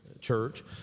church